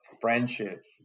friendships